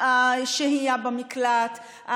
השהייה במקלט,